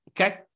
Okay